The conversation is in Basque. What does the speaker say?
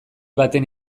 baten